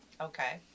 Okay